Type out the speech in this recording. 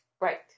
right